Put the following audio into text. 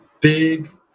big